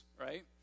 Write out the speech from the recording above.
right